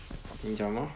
你讲什么